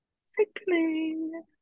Sickening